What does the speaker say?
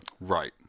Right